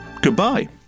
Goodbye